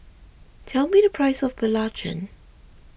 tell me the price of Belacan